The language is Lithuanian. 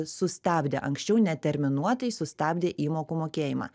sustabdė anksčiau neterminuotai sustabdė įmokų mokėjimą